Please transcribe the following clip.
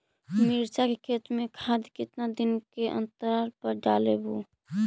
मिरचा के खेत मे खाद कितना दीन के अनतराल पर डालेबु?